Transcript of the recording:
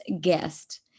guest